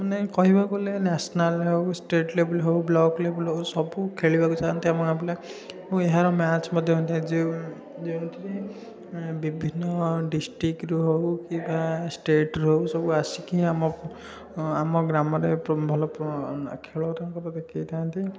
ମାନେ କହିବାକୁ ଗଲେ ନେସେନାଲ୍ ହେଉ ଷ୍ଟେଟ୍ ଲେବେଲ୍ ହେଉ ବ୍ଲକ୍ ଲେବେଲ୍ ହେଉ ସବୁ ଖେଳିବାକୁ ଚାହାଁନ୍ତି ଆମ ଗାଁ ପିଲା ମୁ ଏହାର ମ୍ୟାଚ୍ ମଧ୍ୟ ଯେଉଁ ଯେଉଁଥିରେ ବିଭିନ୍ନ ଡିଷ୍ଟିକ୍ରୁ ହେଉ କିମ୍ବା ଷ୍ଟେଟ୍ର ହେଉ ସବୁ ଆସିକି ଆମ ଆମ ଗ୍ରାମରେ ପ୍ରୋ ଭଲ ଖେଳ ତାଙ୍କର ଦେଖାଇ ଥାଆନ୍ତି